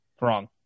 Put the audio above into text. Wrong